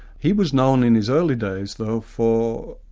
he was known in his early days though for,